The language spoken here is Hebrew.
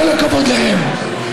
כל הכבוד להם.